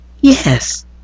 Yes